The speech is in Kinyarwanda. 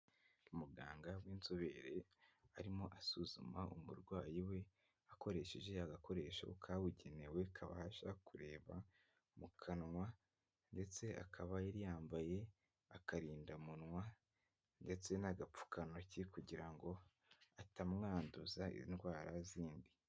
Umuganga w'inzobere arimo asuzuma umurwayi we akoresheje agakoresho kabugenewe kabasha kureba mu kanwa ndetse akaba yari yambaye akarindamuwa ndetse n'agapfukantoki kugira ngo atamwanduza indwara zindi.